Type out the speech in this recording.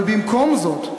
אבל במקום זאת,